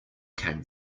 came